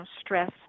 stress